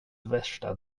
värsta